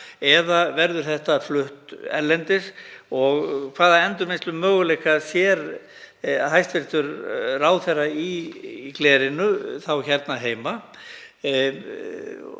eða verður þetta flutt úr landi? Og hvaða endurvinnslumöguleika sér hæstv. ráðherra í glerinu hérna heima?